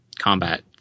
combat